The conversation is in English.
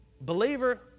believer